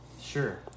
Sure